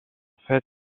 fait